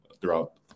throughout